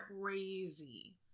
crazy